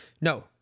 No